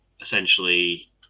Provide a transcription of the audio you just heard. essentially